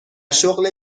شغل